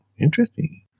interesting